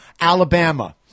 Alabama